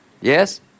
Yes